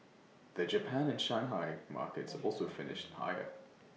the Japan and Shanghai markets also finished higher